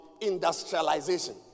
industrialization